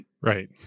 Right